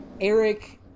Eric